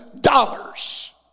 dollars